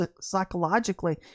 psychologically